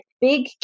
big